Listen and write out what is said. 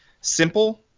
simple